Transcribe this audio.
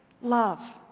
Love